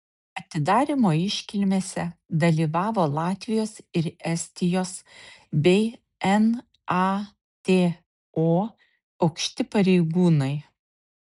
atidarymo iškilmėse dalyvavo latvijos ir estijos bei nato aukšti pareigūnai